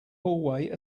hallway